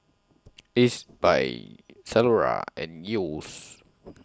Ezbuy Zalora and Yeo's